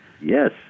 Yes